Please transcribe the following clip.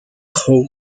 crow